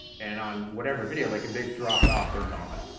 and on whatever video, like if they've dropped off, they're gone.